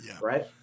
Right